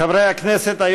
חברי הכנסת,